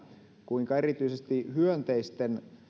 kuinka erityisesti hyönteisten